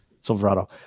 Silverado